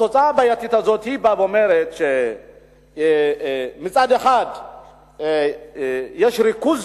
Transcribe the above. התוצאה הבעייתית הזאת באה ואומרת שמצד אחד יש ריכוז